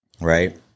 right